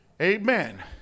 Amen